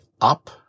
up